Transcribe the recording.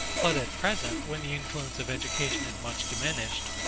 but at present, when the influence of education is much diminished,